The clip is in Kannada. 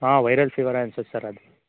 ಹಾಂ ವೈರಲ್ ಫಿವರೇ ಅನ್ಸುತ್ತೆ ಸರ್ ಅದು